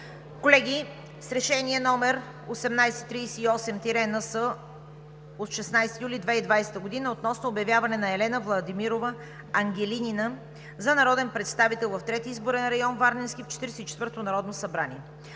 Колеги, „РЕШЕНИЕ № 1838-НС от 16 юли 2020 г. относно обявяване на Елена Владимирова Ангелинина за народен представител в Трети изборен район – Варненски, в 44-тото Народно събрание